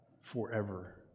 forever